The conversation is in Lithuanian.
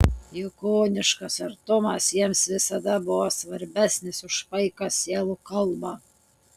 juk kūniškas artumas jiems visada buvo svarbesnis už paiką sielų kalbą